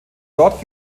dort